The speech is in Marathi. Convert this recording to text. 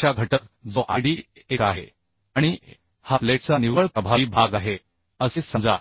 सुरक्षा घटक जो आयडी1 आहे आणि ए हा प्लेटचा निव्वळ प्रभावी भाग आहे असे समजा